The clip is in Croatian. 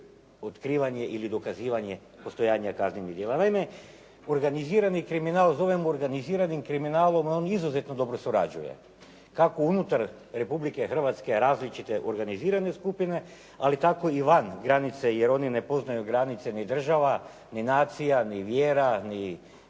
otkrivanje ili dokazivanje postojanja kaznenih djela. Naime, organizirani kriminal zovemo organiziranim kriminalom, a on izuzetno dobro surađuje kako unutar Republike Hrvatske različite organizirane skupine ali tako i van granice jer oni ne poznaju granice ni država, ni nacija, ni vjera, ni